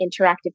interactive